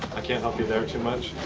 i can't help you there too much.